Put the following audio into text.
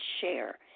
share